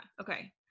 Okay